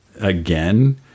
again